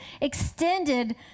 extended